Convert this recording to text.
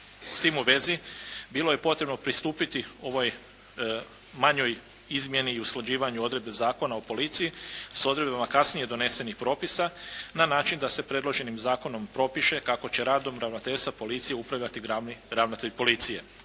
S tim u vezi bilo je potrebno pristupiti ovoj manjoj izmjeni i usklađivanju odredbi Zakona o policiji s odredbama kasnije donesenih propisa na način da se predloženim zakonom propiše kako će radom ravnateljstva policije upravljati glavni ravnatelj policije.